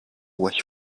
wish